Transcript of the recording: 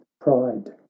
pride